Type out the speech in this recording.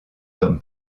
comme